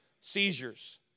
seizures